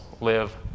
live